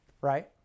right